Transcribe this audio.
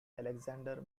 alexander